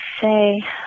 say